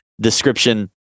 description